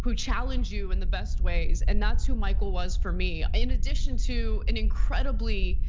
who challenge you in the best ways, and that's who michael was for me. in addition to an incredibly